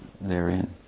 therein